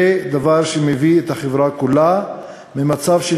זה הדבר שמעביר את החברה כולה ממצב של